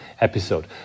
episode